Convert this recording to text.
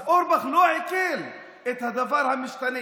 אז אורבך לא עיכל את הדבר המשתנה.